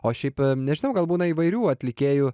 o šiaip nežinau gal būna įvairių atlikėjų